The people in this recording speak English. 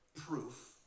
proof